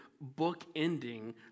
book-ending